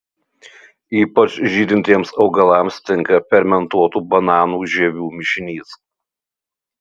ypač žydintiems augalams tinka fermentuotų bananų žievių mišinys